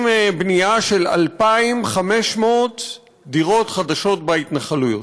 בנייה של 2,500 דירות חדשות בהתנחלויות.